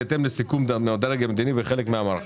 בהתאם לסיכום עם הדרג המדיני בחלק מהמערכות...".